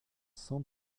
sans